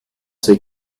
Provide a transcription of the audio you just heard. ces